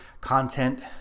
content